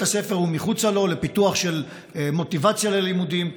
הספר ומחוצה לו לפיתוח של מוטיבציה ללימודים,